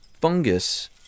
fungus